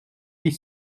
huit